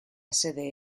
sede